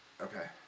Okay